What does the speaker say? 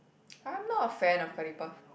I'm not a fan of curry puff